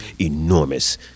enormous